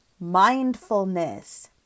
mindfulness